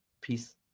Peace